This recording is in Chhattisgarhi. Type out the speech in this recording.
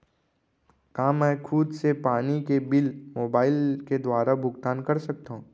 का मैं खुद से पानी के बिल मोबाईल के दुवारा भुगतान कर सकथव?